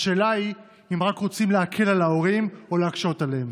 השאלה היא רק אם רוצים להקל על ההורים או להקשות עליהם.